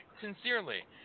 Sincerely